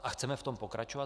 A chceme v tom pokračovat.